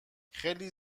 خیلی